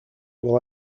will